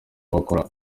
bakora